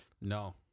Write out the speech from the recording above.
No